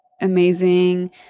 amazing